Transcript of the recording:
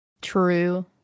True